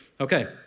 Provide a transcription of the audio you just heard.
Okay